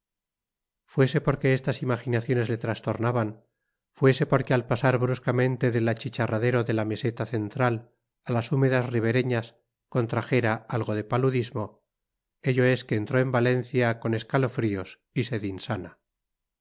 fuese porque estas imaginaciones le trastornaran fuese porque al pasar bruscamente del achicharradero de la meseta central a las humedades ribereñas contrajera algo de paludismo ello es que entró en valencia con escalofríos y sed insana